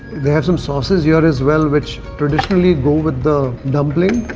they have some sauces here as well which traditionally go with the dumpling.